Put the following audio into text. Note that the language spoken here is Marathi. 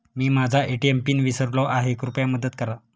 मी माझा ए.टी.एम पिन विसरलो आहे, कृपया मदत करा